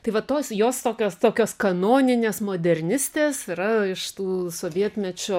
tai vat tos jos tokios tokios kanoninės modernistės yra iš tų sovietmečio